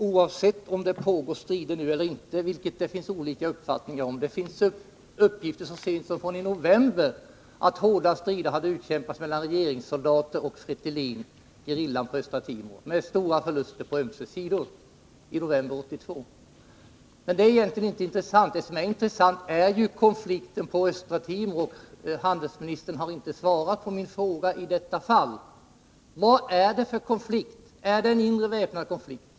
Herr talman! Det finns olika uppfattningar om huruvida det nu pågår strider eller inte. Det finns uppgifter från så sent som i november 1982, att hårda strider hade utkämpats mellan regeringssoldater och Fretilin-gerillan på Östtimor, med stora förluster på ömse sidor. Men det är egentligen inte intressant. Det som är intressant är ju konflikten på Östtimor. Utrikesoch handelsministern har inte svarat på min fråga i detta avseende. Vad är det för en konflikt? Är det en inre väpnad konflikt?